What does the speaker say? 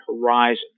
horizon